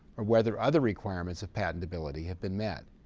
or whether other requirements of patentability have been met.